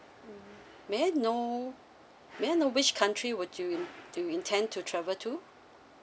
mm may I know may I know which country would you in to intend to travel to